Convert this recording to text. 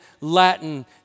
Latin